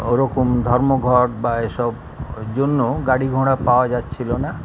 ওরকম ধর্মঘট বা এসব জন্যও গাড়ি ঘোড়া পাওয়া যাচ্ছিলো না